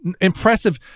impressive